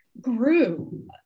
grew